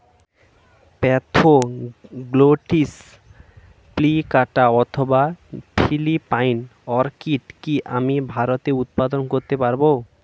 Spathoglottis plicata অথবা Philippine orchid কি আমি ভারতে উৎপাদন করতে পারবো?